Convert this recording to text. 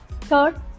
Third